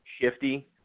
shifty